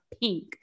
pink